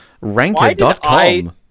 Ranker.com